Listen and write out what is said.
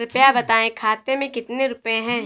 कृपया बताएं खाते में कितने रुपए हैं?